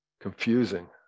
confusing